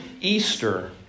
Easter